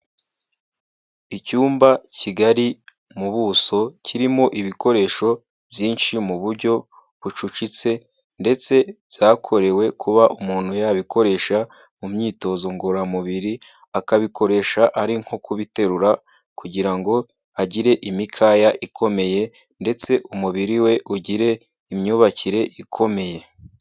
Icyumba kigari mu buso, kirimo ibikoresho byinshi mu buryo bucucitse ndetse zakorewe kuba umuntu yabikoresha mu myitozo ngororamubiri, akabikoresha ari nko kubiterura kugira ngo agire imikaya ikomeye ndetse umubiri we ugire imyubakire ikomeye.